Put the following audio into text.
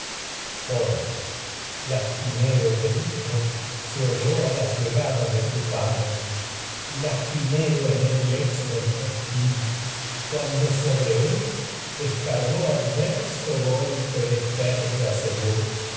coro lastimero grito se oyó a la llegada de tu pa dre y lastimero en el lecho del festín cuando sobre él descargó adverso golpe de férrea segur